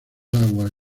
aguas